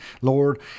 Lord